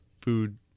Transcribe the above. Food